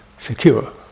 secure